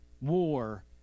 war